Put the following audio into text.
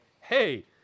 hey